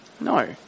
no